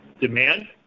demand